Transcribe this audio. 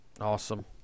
Awesome